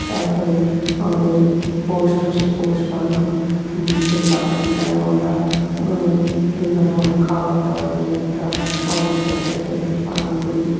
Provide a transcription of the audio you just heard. তারপরেও আমাদের পৌষ মাসে পৌষ পার্বণ সেই পার্বণটাও আমরা মানে বিভিন্ন ধরনের খাবার দাওয়ার দিয়ে একটা উৎসব টাইপের পালন করি